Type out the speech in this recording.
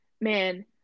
man